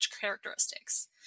characteristics